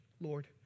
Lord